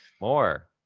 more